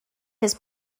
his